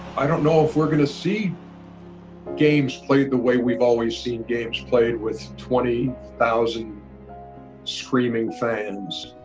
i don't know if we're gonna see games played the way we've always seen games played with twenty thousand screaming fans.